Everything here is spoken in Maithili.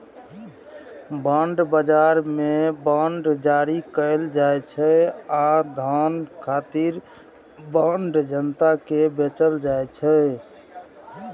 बांड बाजार मे बांड जारी कैल जाइ छै आ धन खातिर बांड जनता कें बेचल जाइ छै